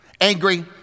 angry